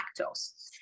lactose